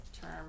term